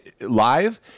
live